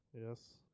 Yes